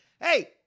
hey